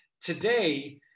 Today